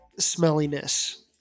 smelliness